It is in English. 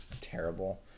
terrible